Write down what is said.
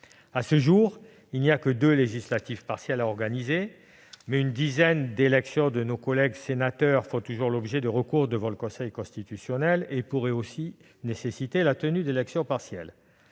À ce jour, il n'y a que deux législatives partielles à organiser, mais l'élection d'une dizaine de nos collègues sénateurs fait toujours l'objet d'un recours devant le Conseil constitutionnel, ce qui pourrait rendre nécessaire la tenue d'élections partielles.